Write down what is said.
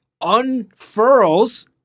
unfurls